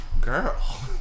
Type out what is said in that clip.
girl